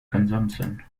consumption